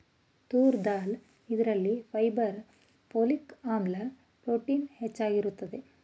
ತೂರ್ ದಾಲ್ ಇದರಲ್ಲಿ fibre, folic ಆಮ್ಲ, protein ಹೆಚ್ಚಾಗಿರುತ್ತದೆ